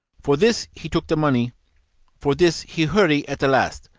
for this he took the money for this he hurry at the last,